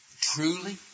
truly